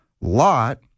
lot